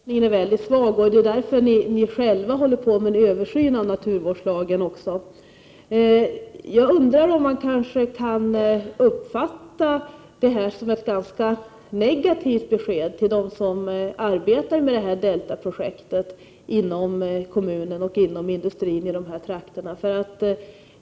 Herr talman! Det är väl känt att naturvårdslagstiftningen är mycket svag; det är ju därför ni själva håller på med en översyn av naturvårdslagen. Jag undrar om man kan uppfatta det här som ett ganska negativt besked till dem i de här trakterna som arbetar med Deltaprojektet inom kommunen och inom industrin.